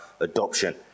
adoption